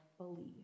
believe